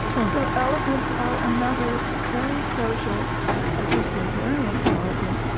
so elephants are another very social as you say, very intelligent,